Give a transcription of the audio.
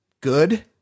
good